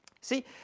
See